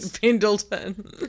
pendleton